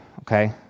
okay